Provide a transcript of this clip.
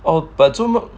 oh but 做么